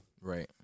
Right